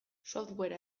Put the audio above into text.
software